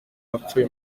wapfuye